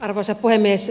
arvoisa puhemies